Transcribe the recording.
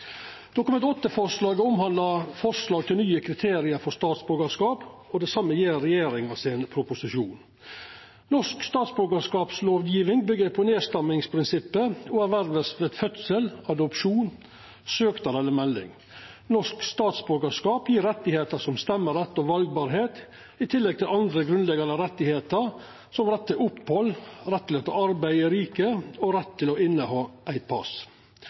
Dokument 8-forslaget omhandlar forslag til nye kriterium for statsborgarskap, og det same gjer proposisjonen frå regjeringa. Norsk statsborgarskapslovgjeving byggjer på nedstammingsprinsippet, og statsborgarskap vert erverva ved fødsel, adopsjon, søknad eller melding. Norsk statsborgarskap gjev rettar som stemmerett og valbarheit, i tillegg til andre grunnleggjande rettar, som rett til opphald, rett til eit arbeid i riket og rett til å ha eit pass.